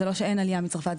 זה לא שאין עלייה מצרפת,